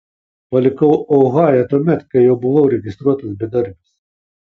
palikau ohają tuomet kai jau buvau registruotas bedarbis